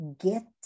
get